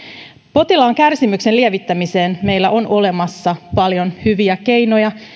potilaan kärsimyksen lievittämiseen meillä on olemassa paljon hyviä keinoja